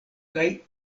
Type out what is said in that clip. kaj